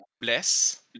Bless